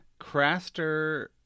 Craster